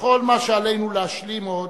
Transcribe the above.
לכל מה שעלינו להשלים עוד,